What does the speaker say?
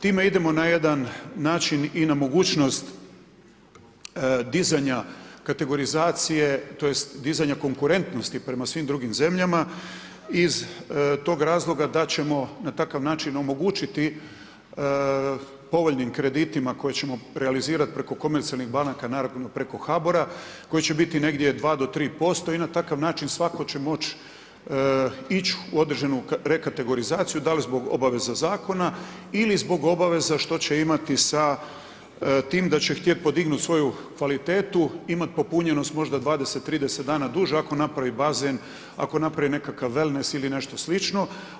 Time idemo na jedan način i na mogućnost dizanja kategorizacije, tj. dizanja konkurentnosti prema svim drugim zemljama iz tog razloga da ćemo na takav način omogućiti povoljnim kreditima koje ćemo realizirat preko komercijalnih banaka, naravno preko HABOR-a koji će biti negdje 2 do 3% i na takav način svatko će moći ići u određenu rekategorizaciju, da li zbog obaveza zakona ili zbog obaveza što će imati sa tim da će htjet podignut svoju kvalitetu, imat popunjenost možda 20, 30 dana duže ako napravi bazen, ako napravi nekakav wellness ili nešto slično.